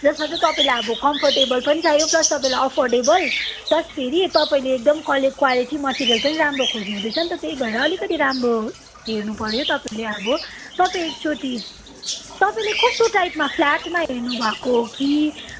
जसमा चाहिँ तपाईँलाई अब कम्फर्टेबल पनि चाहियो प्लस तपाईँलाई अफोर्डेबल प्लस फेरि तपाईँले एकदम क्ले क्वालिटी मटेरियल पनि राम्रो खोज्नु हुँदैछ नि त त्यही भएर अलिकति राम्रो हेर्नुपऱ्यो तपाईँले अब तपाईँ एकचोटि तपाईँले कस्तो टाइपमा फ्ल्याटमा हेर्नु भएको हो कि